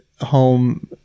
home